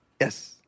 yes